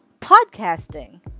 podcasting